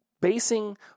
Basing